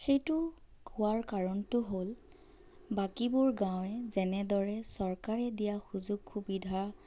সেইটো কোৱাৰ কাৰণটো হ'ল বাকীবোৰ গাঁওৱে যেনেদৰে চৰকাৰে দিয়া সুযোগ সুবিধা